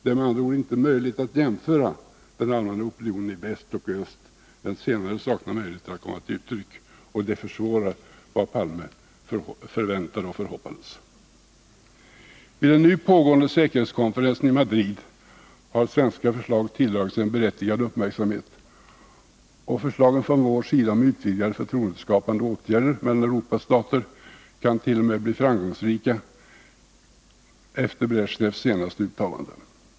Det är med andra ord inte möjligt att jämföra den allmänna opinionen i väst och öst. Den senare saknar möjlighet att komma till uttryck, och det försvårar vad Olof Palme förväntar och hoppas. Vid den nu pågående säkerhetskonferensen i Madrid har svenska förslag tilldragit sig en berättigad uppmärksamhet, och förslagen från vår sida om utvidgade, förtroendeskapande åtgärder mellan Europas stater kan t.o.m. bli framgångsrika efter Bresjnevs senaste uttalande.